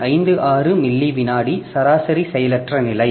56 milli விநாடி சராசரி செயலற்ற நிலை